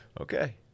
Okay